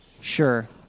Sure